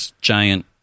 giant